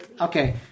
Okay